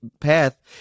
path